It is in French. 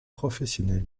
professionnel